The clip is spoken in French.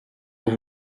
vous